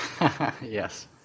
Yes